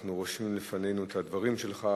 אנחנו רושמים לפנינו את הדברים שלך,